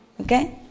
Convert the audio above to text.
Okay